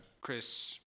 Chris